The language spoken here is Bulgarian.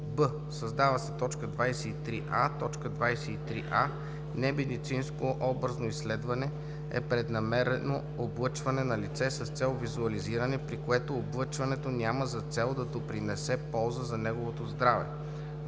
б) създава се т. 23а: „23а. „Немедицинско образно изследване“ е преднамерено облъчване на лице с цел визуализиране, при което облъчването няма за цел да допринесе полза за неговото здраве.“;